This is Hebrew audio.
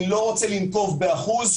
אני לא רוצה לנקוב באחוז.